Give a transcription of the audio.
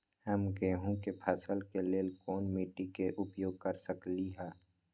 हम गेंहू के फसल के लेल कोन मिट्टी के उपयोग कर सकली ह?